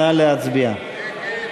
נא להצביע.